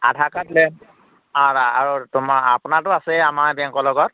আধাৰ card লৈ আহিবা আৰু তোমাৰ আপোনাৰটো আছেই আমাৰ বেংকৰ লগত